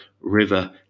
River